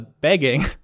begging